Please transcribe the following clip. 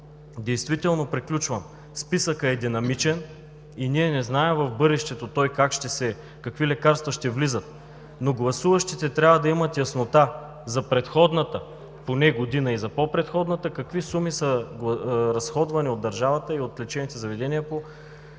е изтекло.) Приключвам. Списъкът е динамичен и ние не знаем в бъдещето какви лекарства ще влизат. Но гласуващите трябва да имат яснота за предходната поне година, и за по-предходната, какви суми са разходвани от държавата и от лечебните заведения по